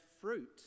fruit